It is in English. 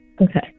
Okay